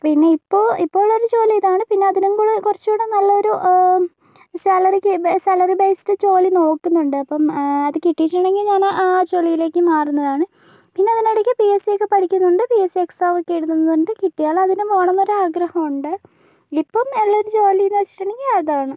പിന്നെ ഇപ്പോൾ ഇപ്പോളൊരു ജോലി ഇതാണ് പിന്നെ അതിലും കൂടെ കുറച്ച് കൂടെ നല്ലൊരു സാലറി ബേ സാലറി ബേസ്ഡ് ജോലി നോക്കുന്നുണ്ട് അപ്പം അത് കിട്ടീട്ടുണ്ടെങ്കിൽ ഞാന് ജോലിയിലേക്ക് മാറുന്നതാണ് പിന്നെ അതിനിടയ്ക്ക് പിഎസ്സിയൊക്കെ പഠിക്കുന്നുണ്ട് പിഎസ്സി എക്സാമൊക്കെ എഴുതുന്നുണ്ട് കിട്ടിയാലതിനു പോകണം എന്ന് ആഗ്രഹമുണ്ട് ഇപ്പം ഉള്ളൊരു ജോലീന്ന് വെച്ചിട്ടുണ്ടെങ്കിൽ അതാണ്